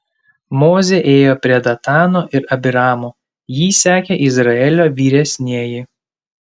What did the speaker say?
mozė ėjo prie datano ir abiramo jį sekė izraelio vyresnieji